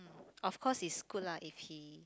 of course it's good lah if he